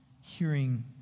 hearing